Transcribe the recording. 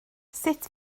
sut